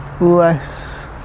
less